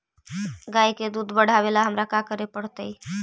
गाय के दुध बढ़ावेला हमरा का करे पड़तई?